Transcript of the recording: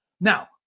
Now